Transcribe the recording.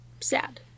sad